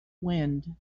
wind